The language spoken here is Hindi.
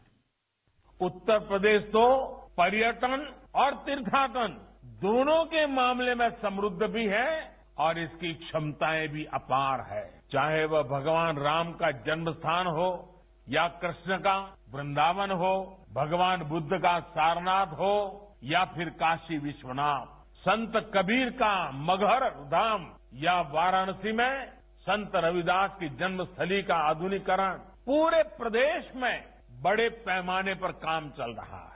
बाइट उत्तर प्रदेश तो पर्यटन और तीर्थाटन दोनों के मामले में समृद्ध भी है और इसकी क्षमताएं भी अपार है चाहे वह भगवान राम का जन्म स्थान हो या कृष्ण का वृन्दावन हो भगवान बद्ध का सारनाथ हो या काशी विश्वनाथ संत कबीर का मगहर राम या वाराणसी में संत रविदास की जन्मास्थली का आधुनिकीकरण पूरे प्रदेश में बड़े पैमाने पर काम चल रहा है